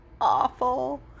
Awful